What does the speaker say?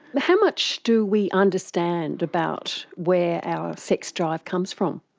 how much do we understand about where our sex drive comes from?